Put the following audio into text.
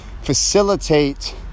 facilitate